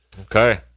Okay